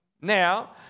Now